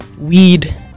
weed